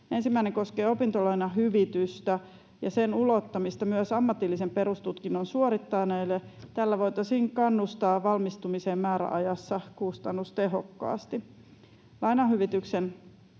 Ensimmäinen koskee opintolainahyvitystä ja sen ulottamista myös ammatillisen perustutkinnon suorittaneille. Tällä voitaisiin kannustaa valmistumiseen määräajassa kustannustehokkaasti.